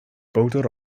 bowdr